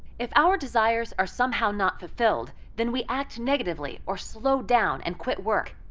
if our desires are somehow not fulfilled, then we act negatively or slow down and quit work.